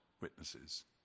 witnesses